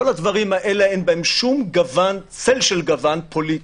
כל הדברים האלה אין בהם שום גוון או צל של גוון פוליטי.